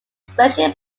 especially